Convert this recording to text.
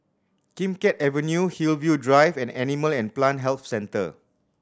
Kim Keat Avenue Hillview Drive and Animal and Plant Health Centre